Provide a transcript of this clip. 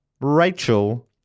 Rachel